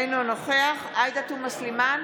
אינו נוכח עאידה תומא סלימאן,